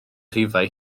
rhifau